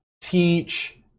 teach